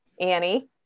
Annie